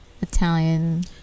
Italian